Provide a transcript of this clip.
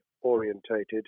orientated